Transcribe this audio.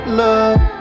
love